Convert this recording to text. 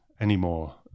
anymore